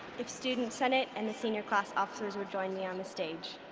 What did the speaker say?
if student senate and the senior class officers would join me on the stage.